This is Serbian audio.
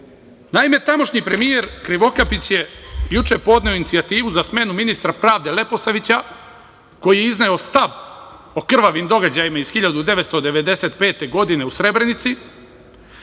Naime, tamošnji premijer Krivokapić je juče podneo inicijativu za smenu ministra pravde Leposavića koji je izneo stav o krvavim događajima iz 1995. godine u Srebrenici,